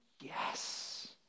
yes